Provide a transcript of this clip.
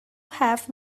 have